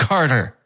Carter